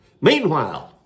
Meanwhile